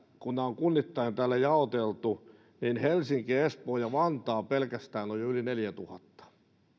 kun ne on kunnittain täällä jaoteltu niin laskin että näistä pelkästään helsinki espoo ja vantaa ovat jo yli neljätuhatta